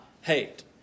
hate